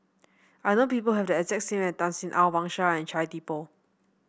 I know people who have the exact name as Tan Sin Aun Wang Sha and Chia Thye Poh